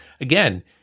again